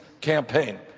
campaign